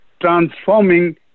transforming